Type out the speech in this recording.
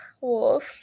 wolf